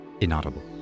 Inaudible